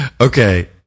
Okay